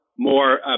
More